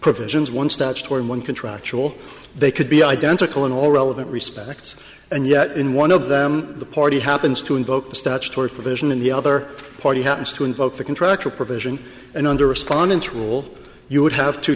provisions one statutory and one contractual they could be identical in all relevant respects and yet in one of them the party happens to invoke the statutory provision and the other party happens to invoke the contractual provision and under respondent rule you would have two